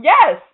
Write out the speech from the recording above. Yes